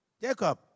Jacob